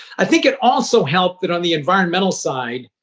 i think it also helped that, on the environmental side,